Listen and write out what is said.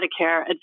Medicare